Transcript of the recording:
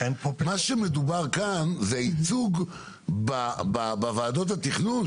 מה שמדובר כאן זה ייצוג בוועדות התכנון,